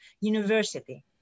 university